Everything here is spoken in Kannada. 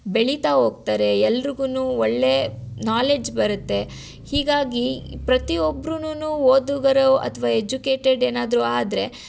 ಬೆಳೀತಾ ಹೋಗ್ತಾರೆ ಎಲ್ರಿಗೂ ಒಳ್ಳೇ ನಾಲೇಜ್ ಬರುತ್ತೆ ಹೀಗಾಗಿ ಪ್ರತಿ ಒಬ್ರುನೂ ಓದುಗರು ಅಥ್ವಾ ಎಜುಕೇಟೆಡ್ ಏನಾದರೂ ಆದರೆ